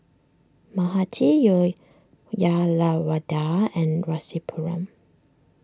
Mahade Uyyalawada and Rasipuram